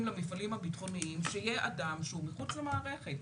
למפעלים הביטחוניים שיהיה אדם שהוא מחוץ למערכת.